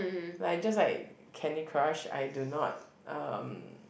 like just like Candy Crush I do not um